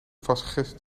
vastgegespt